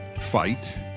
fight